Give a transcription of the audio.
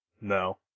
No